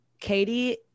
Katie